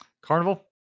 Carnival